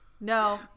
No